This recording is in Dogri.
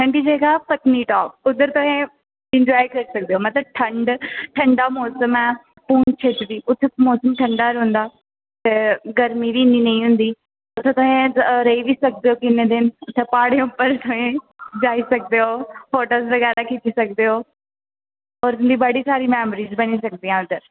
ठंडी जगह पत्नीटाप उद्धर तुस एन्जाॅय करी सकदे ओ ठंड ठंडा मौसम ऐ उत्थै मौसम ठंडा गै रौंह्दा ते गर्मी बी इन्नी नेईं होंदी उत्थै तुस रेही बी सकदे ओ दो तिन दिन उत्थै प्हाड़ें उप्पर जाई सकदे ओ फोटो बगैरा खिची सकदे औ और तुंदी बडी सारी मेमरीज बनी सकदी ना